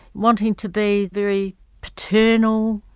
wanting to be very paternal,